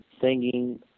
singing